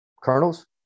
colonels